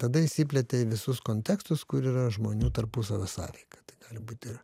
tada išsiplėtė į visus kontekstus kur yra žmonių tarpusavio sąveika tai gali būt ir